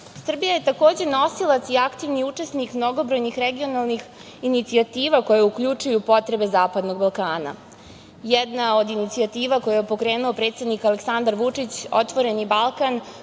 odnosa. Srbija je, takođe, nosilac i aktivni učesnik mnogobrojnih regionalnih inicijativa koje uključuju potrebe Zapadnog Balkana. Jedna od inicijativa koju je pokrenuo predsednik Aleksandar Vučić, „Otvoreni Balkan“,